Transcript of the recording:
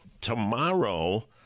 Tomorrow